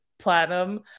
Platinum